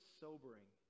sobering